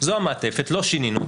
זו המעטפת לא שינינו אותה,